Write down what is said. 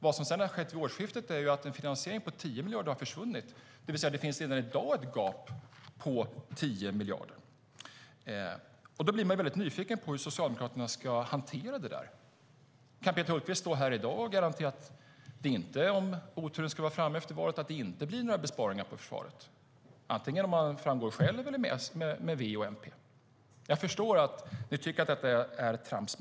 Vad som sedan skedde vid årsskiftet var att en finansiering på 10 miljarder försvann. Det finns alltså redan i dag ett gap på 10 miljarder. Då blir man nyfiken på hur Socialdemokraterna ska hantera det. Kan Peter Hultqvist stå här i dag och garantera att det om oturen skulle vara framme efter valet inte blir några besparingar på försvaret, oavsett om man går fram själv eller med V och MP? Jag förstår att ni tycker att detta är trams.